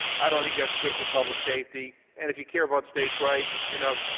i don't think that's good for public safety and if you care about states' rights, you know,